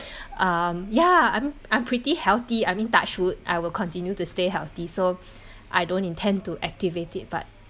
um ya I'm I'm pretty healthy I mean touch wood I will continue to stay healthy so I don't intend to activate it but